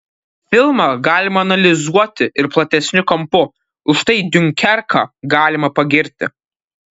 filmą galima analizuoti ir platesniu kampu už tai diunkerką galima pagirti